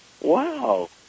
Wow